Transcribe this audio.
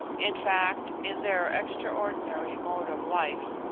in fact, in their extraordinary mode of life.